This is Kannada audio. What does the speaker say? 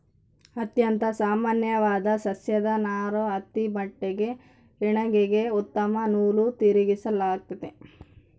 ಅತ್ಯಂತ ಸಾಮಾನ್ಯವಾದ ಸಸ್ಯದ ನಾರು ಹತ್ತಿ ಬಟ್ಟೆಗೆ ಹೆಣಿಗೆಗೆ ಉತ್ತಮ ನೂಲು ತಿರುಗಿಸಲಾಗ್ತತೆ